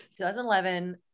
2011